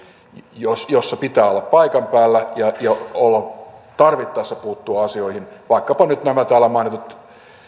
joissa pitää olla paikan päällä ja tarvittaessa puuttua asioihin vaikkapa nyt täällä mainittu